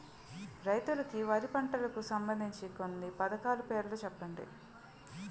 రైతులకు వారి పంటలకు సంబందించిన కొన్ని పథకాల పేర్లు చెప్పండి?